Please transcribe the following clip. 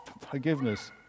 forgiveness